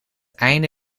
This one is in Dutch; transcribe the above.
einde